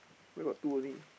where got two only